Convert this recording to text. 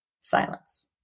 Silence